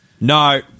No